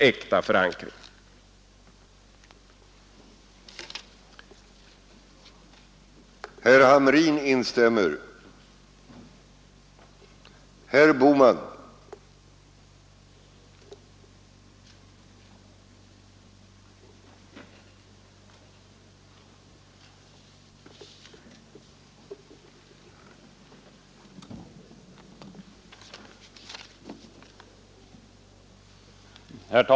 I detta anförande instämde herr Hamrin .